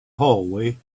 hallway